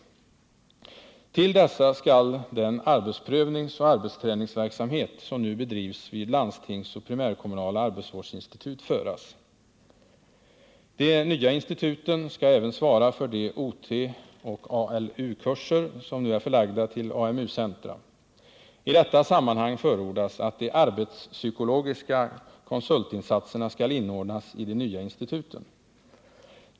Till dessa skall den arbetsprövningsoch arbetsträningsverksamhet, som nu bedrivs vid landstingsoch primärkommunala arbetsvårdsinstitut föras. De nya instituten skall även svara för de OT och ALU-kurser som nu är förlagda till AMU-centra. I detta sammanhang förordas att de arbetspsykologiska konsultinsatserna skall inordnas i de nya instituten.